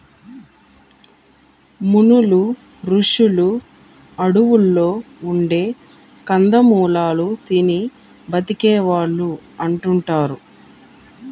మునులు, రుషులు అడువుల్లో ఉండే కందమూలాలు తిని బతికే వాళ్ళు అంటుంటారు